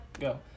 go